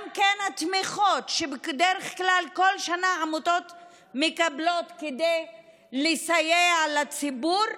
גם התמיכות שבדרך כלל כל שנה העמותות מקבלות כדי לסייע לציבור,